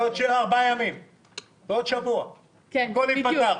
בעוד שבוע הכול ייפתח.